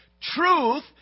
Truth